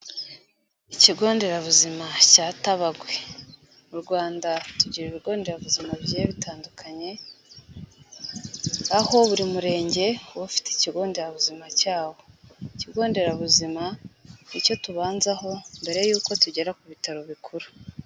Ikigo nderabuzima cya Tabagwe. Mu Rwanda tugira ibigo nderabuzima bigiye bitandukanye, aho buri murenge uba ufite ikigo nderabuzima cyawo. Ikigo nderabuzima ni cyo tubanzaho mbere yuko tugera ku bitaro bikuru.